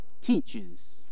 teaches